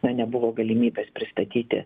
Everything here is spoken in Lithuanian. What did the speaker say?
na nebuvo galimybės pristatyti